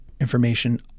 information